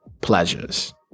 pleasures